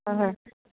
হয় হয়